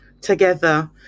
together